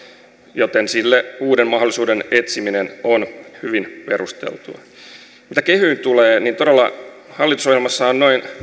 joten sille uuden mahdollisuuden etsiminen on hyvin perusteltua mitä kehyyn tulee niin hallitusohjelmassahan todella on noin